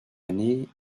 année